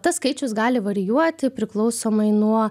tas skaičius gali varijuoti priklausomai nuo